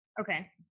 Okay